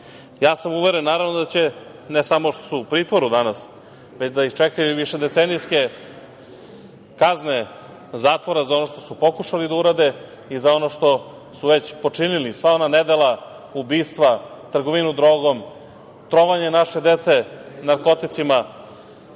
sam naravno, ne samo što su u pritvoru danas, već da ih čekaju višedecenijske kazne zatvora za ono što su pokušali da urade i za ono što su već počinili, sva ona nedela, ubistva, trgovinu drogom, trovanje naše dece narkoticima,